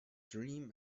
dream